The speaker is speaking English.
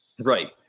Right